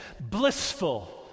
blissful